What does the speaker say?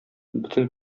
бөтен